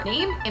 Name